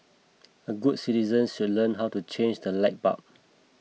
a good citizens should learn how to change the light bulb